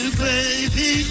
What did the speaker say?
baby